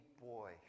boy